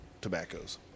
tobaccos